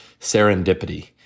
serendipity